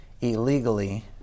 illegally